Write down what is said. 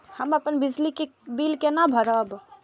हम अपन बिजली के बिल केना भरब?